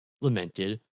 lamented